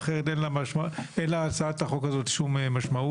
אחרת אין להצעת החוק הזאת שום משמעות.